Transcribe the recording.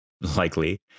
likely